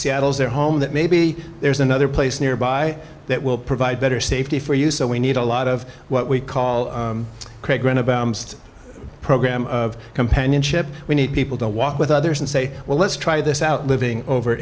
seattle's their home that maybe there's another place nearby that will provide better safety for you so we need a lot of what we call a program of companionship we need people to walk with others and say well let's try this out living over